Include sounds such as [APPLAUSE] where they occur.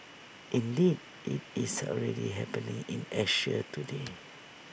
indeed IT is already happening in Asia today [NOISE]